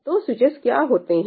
तो स्विचस क्या होते हैं